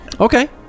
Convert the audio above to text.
Okay